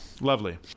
lovely